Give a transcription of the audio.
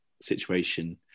situation